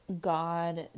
God